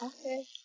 Okay